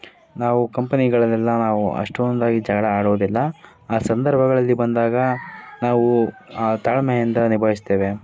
ನಾವು ಕಂಪೆನಿಗಳಲ್ಲೆಲ್ಲ ನಾವು ಅಷ್ಟೊಂದಾಗಿ ಜಗಳ ಆಡೋದಿಲ್ಲ ಆ ಸಂದರ್ಭಗಳಲ್ಲಿ ಬಂದಾಗ ನಾವು ತಾಳ್ಮೆಯಿಂದ ನಿಭಾಯಿಸ್ತೇವೆ